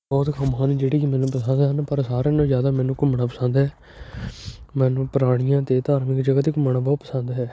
ਬਹੁਤ ਹਨ ਜਿਹੜੀਆਂ ਕਿ ਮੈਨੂੰ ਪਸੰਦ ਹਨ ਪਰ ਸਾਰਿਆਂ ਨਾਲੋਂ ਜ਼ਿਆਦਾ ਮੈਨੂੰ ਘੁੰਮਣਾ ਪਸੰਦ ਹੈ ਮੈਨੂੰ ਪੁਰਾਣੀਆਂ ਅਤੇ ਧਾਰਮਿਕ ਜਗ੍ਹਾ 'ਤੇ ਘੁੰਮਣਾ ਬਹੁਤ ਪਸੰਦ ਹੈ